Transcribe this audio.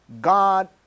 god